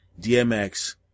DMX